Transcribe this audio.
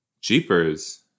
Jeepers